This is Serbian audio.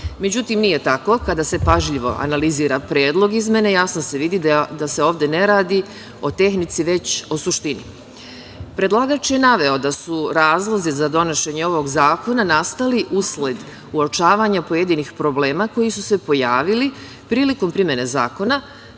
člana.Međutim, nije tako. Kada se pažljivo analizira predlog izmene, jasno se vidi da se ovde ne radi o tehnici, već o suštini. Predlagač je naveo da su razlozi za donošenje ovog zakona nastali usled uočavanja pojedinih problema koji su se pojavili prilikom primene zakona,